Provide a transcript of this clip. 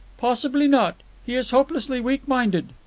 possibly not. he is hopelessly weak-minded.